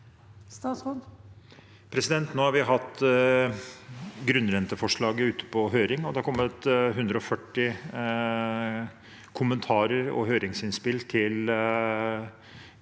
Nå har vi hatt grunnrenteforslaget ute på høring, og det har kommet 140 kommentarer og høringsinnspill til